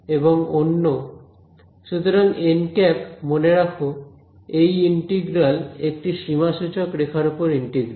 এবং অন্য সুতরাং মনে রাখো এই ইন্টিগ্রাল একটি সীমা সূচক রেখার ওপর ইন্টিগ্রাল